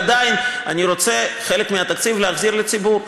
אבל עדיין אני רוצה חלק מהתקציב להחזיר לציבור.